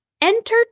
Enter